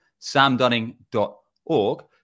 samdunning.org